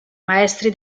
maestri